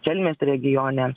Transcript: kelmės regione